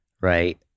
right